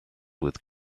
with